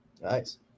Nice